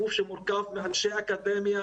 גוף שמורכב מאנשי אקדמיה,